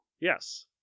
Yes